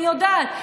אני יודעת,